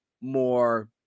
more